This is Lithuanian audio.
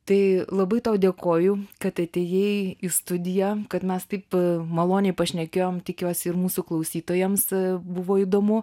tai labai tau dėkoju kad atėjai į studiją kad mes taip maloniai pašnekėjom tikiuosi ir mūsų klausytojams buvo įdomu